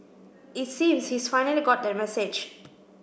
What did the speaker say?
it seems he's finally got that message